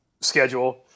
schedule